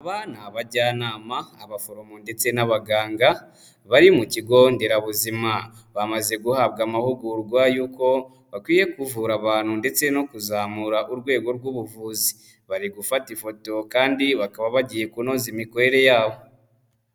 Aba ni abajyanama, abaforomo ndetse n'abaganga, bari mu kigo nderabuzima, bamaze guhabwa amahugurwa y'uko bakwiye kuvura abantu ndetse no kuzamura urwego rw'ubuvuzi, bari gufata ifoto kandi bakaba bagiye kunoza imikorere yabo.